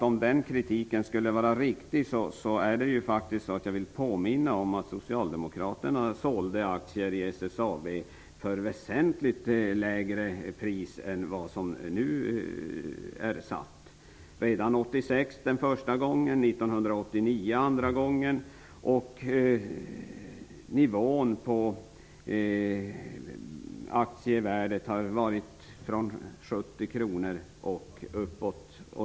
Om den kritiken skulle vara riktig vill jag påminna om att Socialdemokraterna sålde aktier i SSAB för väsentligt lägre pris än vad som nu har satts. Det skedde redan 1986 första gången och 1989 andra gången. Nivån på aktievärdet har varit från 70 kr och uppåt.